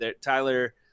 Tyler